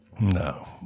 No